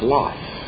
life